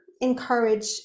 encourage